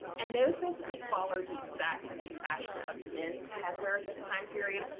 and those basically follow the exact same fashion of men's headwear this time period.